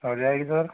हो जाएगी सर